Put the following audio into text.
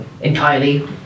Entirely